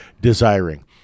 desiring